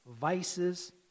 vices